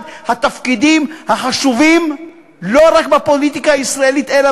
אחד התפקידים החשובים לא רק בפוליטיקה הישראלית אלא